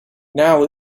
now